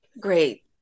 Great